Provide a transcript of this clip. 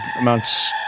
amounts